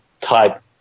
type